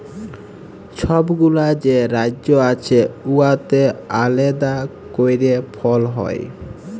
ছব গুলা যে রাজ্য আছে উয়াতে আলেদা ক্যইরে ফল হ্যয়